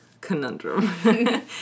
conundrum